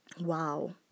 wow